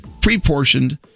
pre-portioned